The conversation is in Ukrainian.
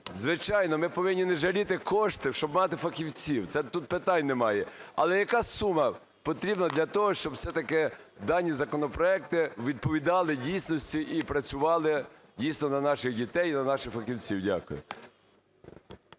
Звичайно, ми повинні не жаліти коштів, щоб мати фахівців, тут питань немає. Але яка сума потрібна для того, щоб все-таки дані законопроекти відповідали дійсності і працювали, дійсно, на наших дітей і на наших фахівців? Дякую.